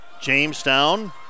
Jamestown